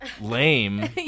lame